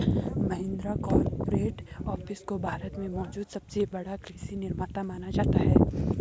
Mahindra corporate office को भारत में मौजूद सबसे बड़ा कृषि निर्माता माना जाता है